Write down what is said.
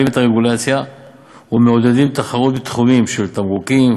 את הרגולציה ומעודדים תחרות בתחומים של תמרוקים,